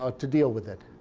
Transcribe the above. ah to deal with it.